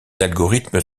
algorithmes